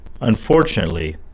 Unfortunately